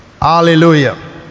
Hallelujah